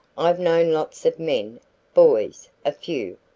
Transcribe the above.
i've known lots of men boys a few,